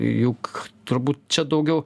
juk turbūt čia daugiau